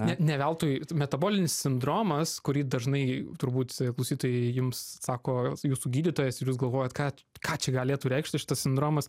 ne ne veltui metabolinis sindromas kurį dažnai turbūt klausytojai jums sako jūsų gydytojas ir jūs galvojat ką ką čia galėtų reikšti šitas sindromas